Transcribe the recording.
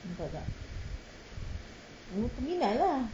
nampak tak peminat lah